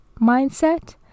mindset